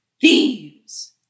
Thieves